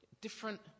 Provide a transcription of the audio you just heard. different